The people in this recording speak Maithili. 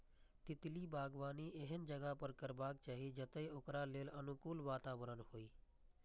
तितली बागबानी एहन जगह पर करबाक चाही, जतय ओकरा लेल अनुकूल वातावरण होइ